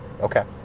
Okay